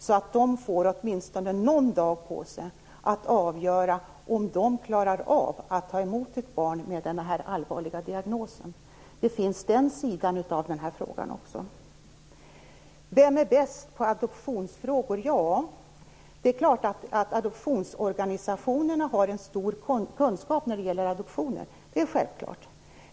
De behöver ha åtminstone någon dag på sig för att avgöra om de klarar av att ta emot ett barn med denna allvarliga dignos. Man skall inte glömma bort den sidan av den här saken. Vem är bäst på adoptionsfrågor, frågades det här. Det är självklart att adoptionsorganisationerna har en stor kunskap när det gäller adoptioner.